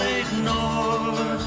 ignore